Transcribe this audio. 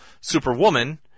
Superwoman